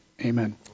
Amen